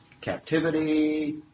captivity